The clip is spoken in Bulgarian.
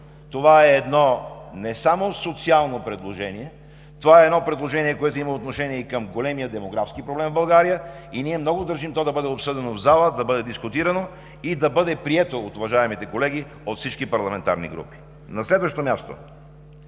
Това е едно не само социално предложение, а е предложение, което има отношение и към големия демографски проблем в България и ние много държим то да бъде обсъдено в залата, да бъде дискутирано и да бъде прието от уважаемите колеги от всички парламентарни групи. На следващо място,